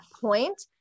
point